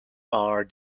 are